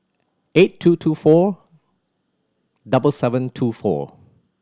eight two two four double seven two four